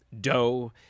dough